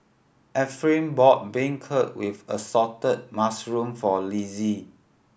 Ephraim brought beancurd with assorted mushroom for Lizzie